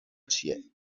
چیه